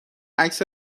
عکس